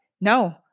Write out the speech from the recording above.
no